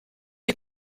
est